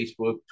Facebook